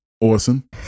Orson